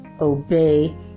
obey